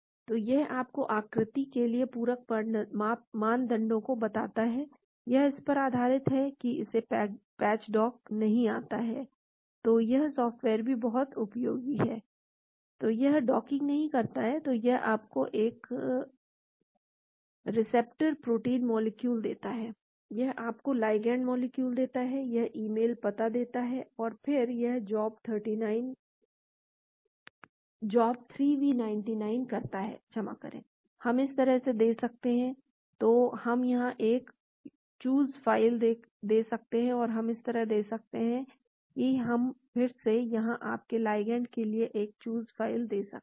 तो यह आपको आकृति के लिए पूरक मानदंडों को बताता है यह इस पर आधारित है इसे पैच डॉक कहा जाता है तो यह सॉफ्टवेयर भी बहुत उपयोगी है तो यह डॉकिंग नहीं करता है तो यह आपको एक रिसेप्टर प्रोटीन मॉलिक्यूल देता है यह आपको लाइगैंड मॉलिक्यूल देता है यह ईमेल पता देता है और फिर यह job3v99 करता है क्षमा करें हम इस तरह दे सकते हैं तो हम यहाँ एक चूज़ फ़ाइल दे सकते हैं तो हम इस तरह दे सकते हैं तो हम फिर से यहाँ आपके लाइगैंड के लिए एक चूज़ फ़ाइल दे सकते हैं